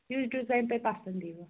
یُس ڈِزایِن تُہۍ پسنٛد ییٖوٕ